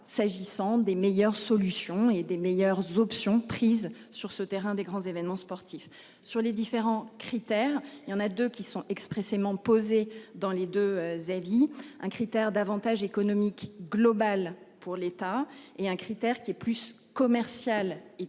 s'agissant des meilleures solutions et des meilleures options prises sur ce terrain des grands événements sportifs sur les différents critères, il y en a deux qui sont expressément posée dans les deux avis un critère d'Avantage économique global pour l'État est un critère qui est plus commercial et